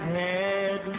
head